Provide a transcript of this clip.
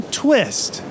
twist